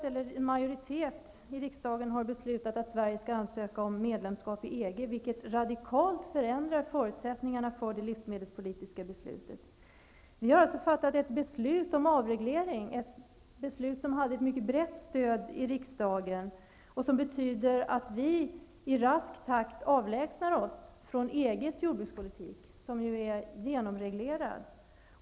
En majoritet i riksdagen har beslutat att Sverige skall ansöka om medlemskap i EG, vilket radikalt förändrar förutsättningarna för det livsmedelspolitiska beslutet. Vi har fattat ett beslut om avreglering -- ett beslut som hade ett mycket brett stöd i riksdagen och som betyder att vi i rask takt avlägsnar oss från EG:s jordbrukspolitik, som är mycket reglerad.